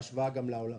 גם בהשוואה לעולם.